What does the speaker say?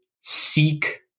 seek